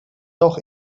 doch